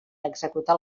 executar